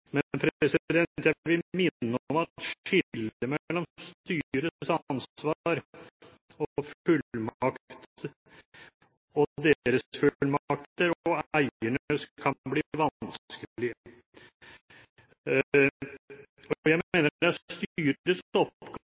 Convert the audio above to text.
men jeg vil minne om at skillet mellom styrets ansvar og deres fullmakter og eiernes kan bli vanskelig. Jeg mener det er styrets oppgave å sørge for det som